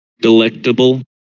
Delectable